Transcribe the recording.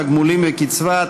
תגמולים וקצבה),